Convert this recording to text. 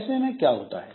ऐसे में क्या होता है